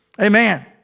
Amen